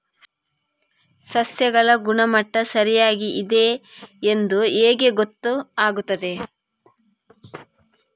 ಸಸ್ಯಗಳ ಗುಣಮಟ್ಟ ಸರಿಯಾಗಿ ಇದೆ ಎಂದು ಹೇಗೆ ಗೊತ್ತು ಆಗುತ್ತದೆ?